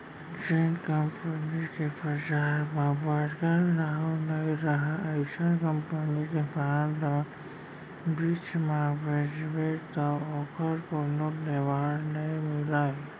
जेन कंपनी के बजार म बड़का नांव नइ रहय अइसन कंपनी के बांड ल बीच म बेचबे तौ ओकर कोनो लेवाल नइ मिलय